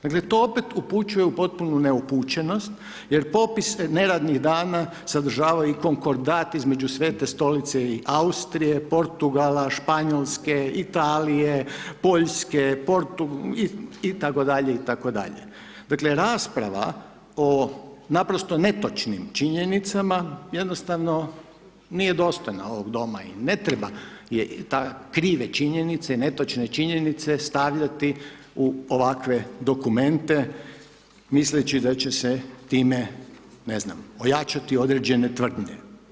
Dakle, to opet upućuje u potpunu neupućenost jer popise neradnih dana sadržava i konkordat između Svete Stolice i Austrije, Portugala, Španjolske, Italije, Poljske itd., itd., dakle rasprava o naprosto netočnim činjenicama jednostavno nije dostojna ovog doma i ne treba je, krive činjenice i netočne činjenice stavljati u ovakve dokumente misleći da će se time ne znam ojačati određene tvrdnje.